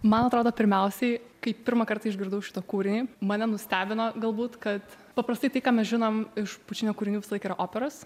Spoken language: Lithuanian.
man atrodo pirmiausiai kai pirmą kartą išgirdau šitą kūrinį mane nustebino galbūt kad paprastai tai ką mes žinom iš pučinio kūrinių visąlaik yra operos